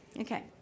okay